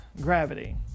gravity